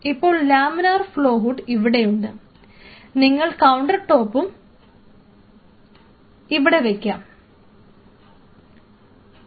ഇപ്പോൾ laminar flow hood ഇവിടെയുണ്ട് നിങ്ങളുടെ കൌണ്ടർ ടോപ്പും ഇവിടെയുണ്ട്